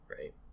right